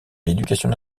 l’éducation